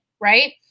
right